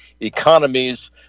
Economies